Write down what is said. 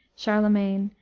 charlemagne,